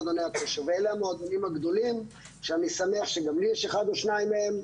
ואלה המועדונים גדולים שאני שמח שגם לי אחד או שניים מהם.